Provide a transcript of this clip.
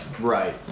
Right